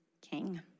King